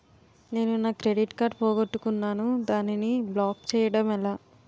నేను నా credit card పోగొట్టుకున్నాను దానిని బ్లాక్ చేయడం ఎలా?